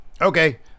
Okay